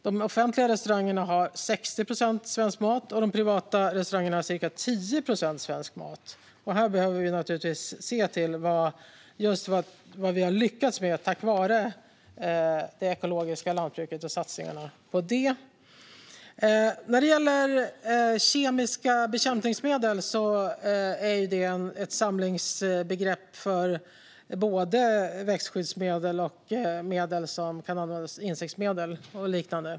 De offentliga restaurangerna har 60 procent svensk mat och de privata restaurangerna ca 10 procent. Här behöver vi naturligtvis se vad vi har lyckats med tack vare det ekologiska lantbruket och satsningarna på det. När det gäller kemiska bekämpningsmedel är detta ett samlingsbegrepp för både växtskyddsmedel och insektsmedel och liknande.